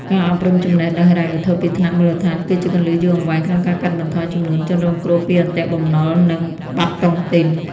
ការអប់រំចំណេះដឹងហិរញ្ញវត្ថុពីថ្នាក់មូលដ្ឋាន គឺជាគន្លឹះយូរអង្វែងក្នុងការកាត់បន្ថយចំនួនជនរងគ្រោះពី "អន្ទាក់បំណុល" និង "បាត់តុងទីន"។